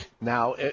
Now